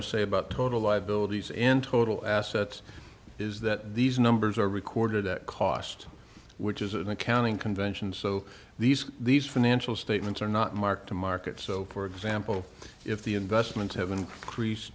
to say about total liabilities in total assets is that these numbers are recorded at cost which is an accounting convention so these these financial statements are not marked to market so for example if the investments have increased